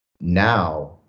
now